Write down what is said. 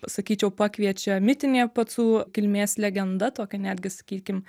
sakyčiau pakviečia mitinė pacų kilmės legenda tokia netgi sakykim